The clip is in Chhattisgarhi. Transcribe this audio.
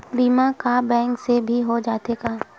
बीमा का बैंक से भी हो जाथे का?